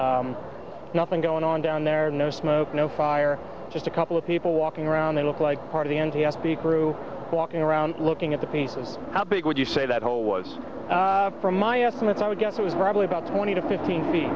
quiet nothing going on down there no smoke no fire just a couple of people walking around they look like part of the n t s b crew walking around looking at the pieces how big would you say that hole was from my estimates i would guess it was probably about twenty to fifteen feet